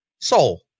soul